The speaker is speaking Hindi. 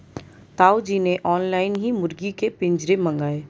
ताऊ जी ने ऑनलाइन ही मुर्गी के पिंजरे मंगाए